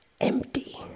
empty